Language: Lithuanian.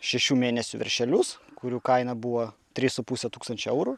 šešių mėnesių veršelius kurių kaina buvo trys su puse tūkstančio eurų